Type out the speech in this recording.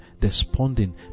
desponding